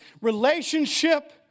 relationship